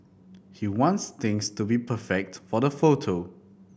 he wants things to be perfect for the photo